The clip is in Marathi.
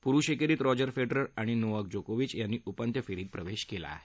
प्रुष एकेरीत रॉजर फेडरर आणि नोवाक जोकोविक यांनी उपांत्यपूर्व फेरीत प्रवेश केला आहे